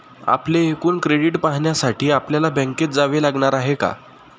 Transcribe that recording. आपले एकूण क्रेडिट पाहण्यासाठी आपल्याला बँकेत जावे लागणार आहे का?